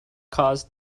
cause